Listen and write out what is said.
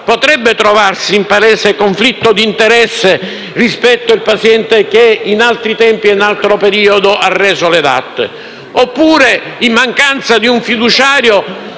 potrebbe trovarsi in palese conflitto di interesse rispetto al paziente che, in altri tempi e in altro periodo, ha reso le DAT. Oppure, in mancanza di un fiduciario,